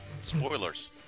Spoilers